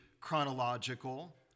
chronological